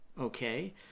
okay